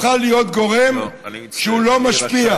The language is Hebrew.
הכנסת הפכה להיות גורם שהוא לא משפיע.